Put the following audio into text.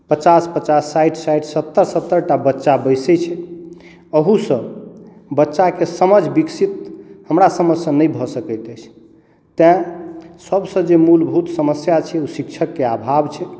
पचास पचास साठि साठि सत्तरि सत्तरि टा बच्चा बैस अहो सॅं बच्चा के समझ विकसित हमरा समझ से नहि भऽ सकैत अछि तैं सबसे जरूरी मूलभूत समस्या छै ओ शिक्षक के अभाव छै